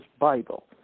Bible